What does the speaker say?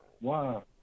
Wow